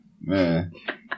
Man